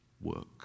work